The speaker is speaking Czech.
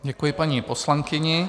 Děkuji paní poslankyni.